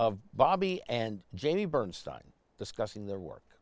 of bobby and jamie bernstein discussing their